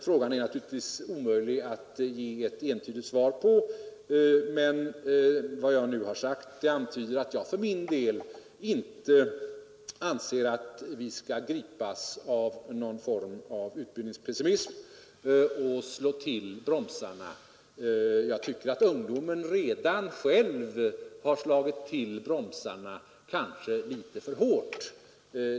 Frågan är naturligtvis omöjlig att ge ett entydigt svar på, men vad jag nu har sagt antyder att jag för min del inte anser att vi skall gripas av någon form av utbildningspessimism och slå till bromsarna. Jag tycker nog att ungdomen själv redan har slagit till bromsarna litet för hårt.